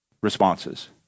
responses